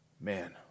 man